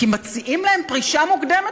כי מציעים להם פרישה מוקדמת,